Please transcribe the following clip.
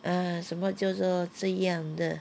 uh 什么叫做这样的